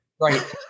Right